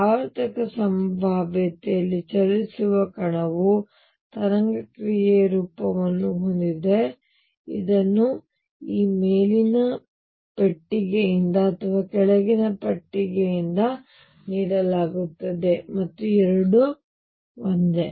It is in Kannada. ಆವರ್ತಕ ಸಂಭಾವ್ಯತೆಯಲ್ಲಿ ಚಲಿಸುವ ಕಣವು ತರಂಗ ಕ್ರಿಯೆಯ ರೂಪವನ್ನು ಹೊಂದಿದೆ ಇದನ್ನು ಈ ಮೇಲಿನ ಪೆಟ್ಟಿಗೆಯಿಂದ ಅಥವಾ ಕೆಳಗಿನ ಪೆಟ್ಟಿಗೆಯಿಂದ ನೀಡಲಾಗುತ್ತದೆ ಮತ್ತು ಎರಡೂ ಒಂದೇ